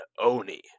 oni